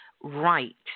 right